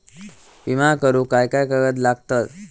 विमा करुक काय काय कागद लागतत?